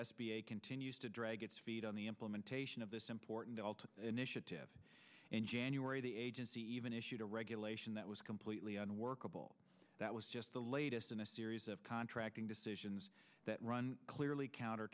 a continues to drag its feet on the implementation of this important initiative in january the agency even issued a regulation that was completely unworkable that was just the latest in a series of contracting decisions that run clearly counter